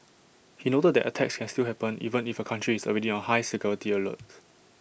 he noted that attacks can still happen even if A country is already on high security alert